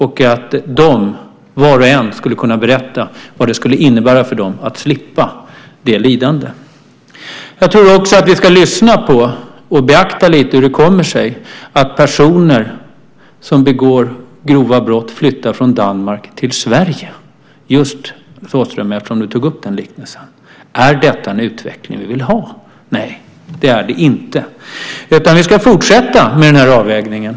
De skulle var och en kunna berätta vad det skulle innebära för dem att slippa det lidandet. Jag tror också att vi ska beakta lite hur det kommer sig att personer som begår grova brott flyttar från Danmark till Sverige. Alice Åström tog upp den liknelsen. Är det en utveckling som vi vill ha? Nej, det är det inte, utan vi ska fortsätta med den här avvägningen.